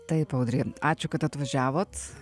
taip audry ačiū kad atvažiavot